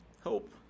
hope